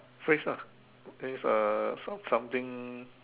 phrase ah means uh something